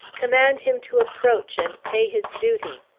command him to approach and pay his duty!